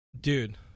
Dude